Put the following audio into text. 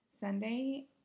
Sunday